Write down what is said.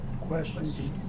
Questions